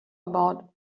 about